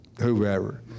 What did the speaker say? whoever